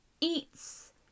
eats